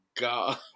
God